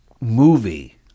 movie